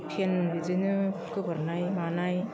pant बिदिनो गोबोरनाय मानाय